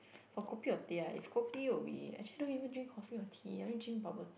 or kopi or teh ah if kopi will be actually I don't even drink coffee or tea I only drink bubble tea